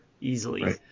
easily